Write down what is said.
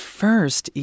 first